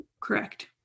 Correct